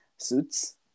Suits